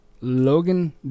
Logan